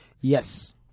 Yes